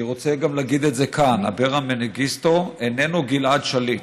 אני רוצה גם להגיד את זה כאן: אברה מנגיסטו איננו גלעד שליט.